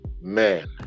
Man